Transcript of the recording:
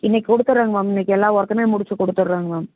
இன்றைக்கு குடுத்துறோங்க மேம் இன்றைக்கு எல்லா ஒர்க்குமே முடித்து கொடுத்துறோங் மேம்